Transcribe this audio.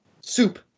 Soup